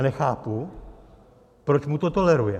Nechápu, proč mu to tolerujeme.